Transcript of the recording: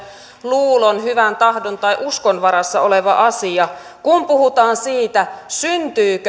luulon hyvän tahdon tai uskon varassa oleva asia kun puhutaan siitä syntyykö